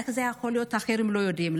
איך זה יכול להיות שאחרים לא יודעים?